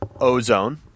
Ozone